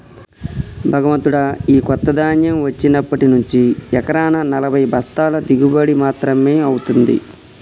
భగవంతుడా, ఈ కొత్త ధాన్యం వచ్చినప్పటి నుంచి ఎకరానా నలభై బస్తాల దిగుబడి మాత్రమే అవుతుంది